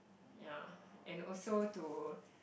ya and also to